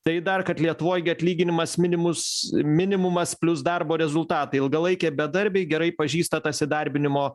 tai dar kad lietuvoj gi atlyginimas minimus minimumas plius darbo rezultatai ilgalaikiai bedarbiai gerai pažįsta tas įdarbinimo